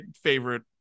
favorite